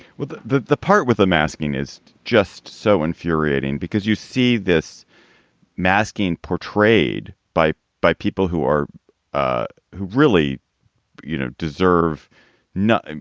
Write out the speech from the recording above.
with the the part with the masking is just so infuriating because you see this masking portrayed by by people who are ah who really you know deserve no,